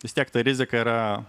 vis tiek ta rizika yra